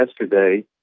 yesterday